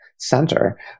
Center